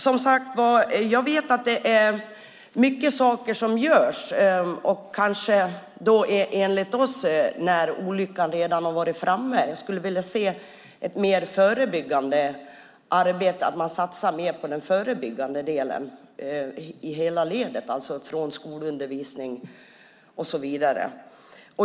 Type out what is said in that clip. Som sagt: Jag vet att det är mycket som görs, enligt oss kanske när olyckan redan har varit framme. Jag skulle vilja se ett mer förebyggande arbete och att man satsar mer på den förebyggande delen i hela ledet, alltså från skolundervisning och så vidare.